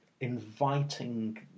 inviting